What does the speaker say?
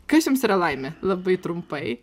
kas jums yra laimė labai trumpai